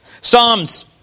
Psalms